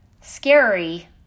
scary